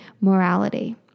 morality